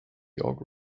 york